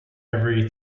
every